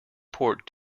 port